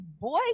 boy